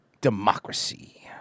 democracy